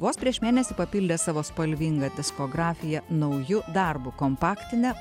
vos prieš mėnesį papildė savo spalvingą diskografiją nauju darbu kompaktine